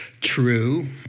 true